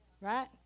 right